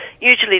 usually